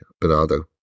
Bernardo